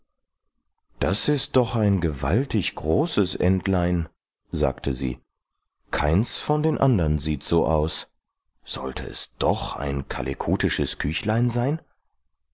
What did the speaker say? das ist doch ein gewaltig großes entlein sagte sie keins von den andern sieht so aus sollte es doch ein kalekutisches küchlein sein